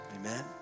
Amen